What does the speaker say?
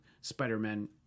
spider-man